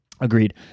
Agreed